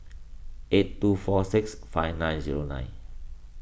eight two four six five nine zero nine